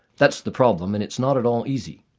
that's the problem, and it's not at all easy.